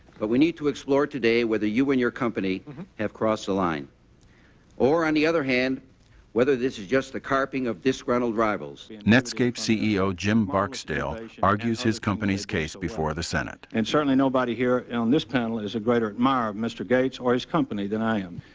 but we need to explore today whether you and your company have crossed the line or on the other hand whether this is just the carping of disgruntled rivals. netscape ceo jim barksdale argues his company's case before the senate. and certainly nobody here on this panel is a greater admirer of mr. gates or his company than i am.